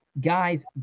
guys